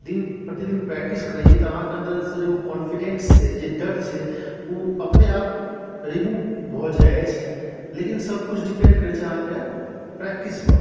दिन प्रतिदिन प्रैक्टिस करै छिए तऽ अहाँके अन्दरसँ जे ओ कॉन्फिडेन्स छै जे डर छै ओ अपने आप रीमूव भऽ जाइ अछि लेकिन सबकिछु डिपेन्ड करै छै अहाँके प्रैक्टिसपर